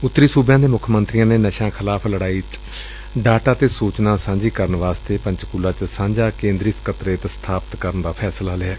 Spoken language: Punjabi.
ਉੱਤਰੀ ਸੁਬਿਆਂ ਦੇ ਮੁੱਖ ਮੰਤਰੀਆਂ ਨੇ ਨਸ਼ਿਆਂ ਵਿਰੁੱਧ ਲੜਾਈ ਵਿੱਚ ਡਾਟਾ ਤੇ ਸੁਚਨਾ ਸਾਂਝੀ ਕਰਨ ਵਾਸਤੇ ਪੰਚਕੁਲਾ ਵਿਖੇ ਸਾਂਝਾਕੇ'ਦਰੀ ਸਕੱਤਰੇਤ ਸਬਾਪਤ ਕਰਨ ਦਾ ਫੈਸਲਾ ਲਿਐ